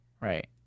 Right